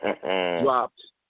Dropped